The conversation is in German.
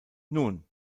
nun